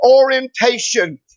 orientation